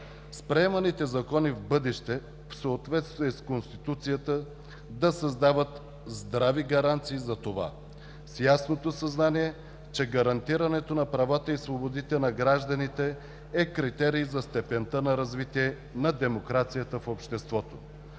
С приеманите закони в бъдеще, в съответствие с Конституцията, да създават здрави гаранции за това с ясното съзнание, че гарантирането на правата и свободите на гражданите е критерий за степента на развитие на демокрацията в обществото.